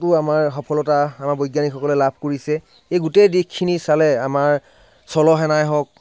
two আমাৰ সফলতা আমাৰ বৈজ্ঞানিক সকলে লাভ কৰিছে এই গোটেই দিশখিনি চালে আমাৰ স্থলসেনাই হওক